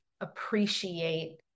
appreciate